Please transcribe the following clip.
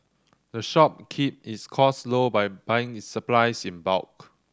the shop keep its costs low by buying its supplies in bulk